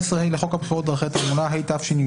דרך המלך לא כתובה כאן אותו